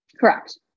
correct